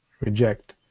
reject